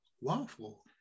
Waffle